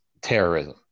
terrorism